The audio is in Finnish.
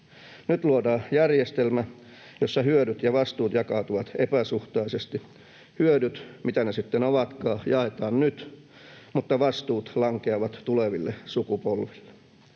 Nyt luodaan järjestelmä, jossa hyödyt ja vastuut jakaantuvat epäsuhtaisesti. Hyödyt, mitä ne sitten ovatkaan, jaetaan nyt, mutta vastuut lankeavat tuleville sukupolville.